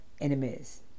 enemies